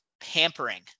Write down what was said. pampering